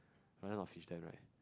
Ryan got fish tank right